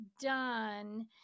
done